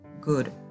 good